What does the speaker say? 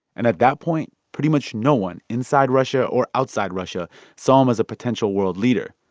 and at that point, pretty much no one inside russia or outside russia saw him as a potential world leader.